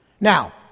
Now